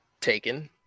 Taken